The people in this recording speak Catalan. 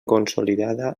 consolidada